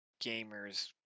gamers